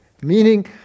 Meaning